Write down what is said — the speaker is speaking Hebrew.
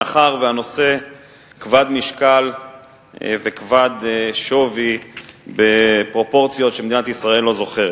מאחר שהנושא כבד משקל וכבד שווי בפרופורציות שמדינת ישראל לא זוכרת.